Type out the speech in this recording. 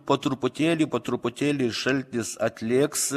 po truputėlį po truputėlį šaltis atlėgs